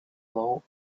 allow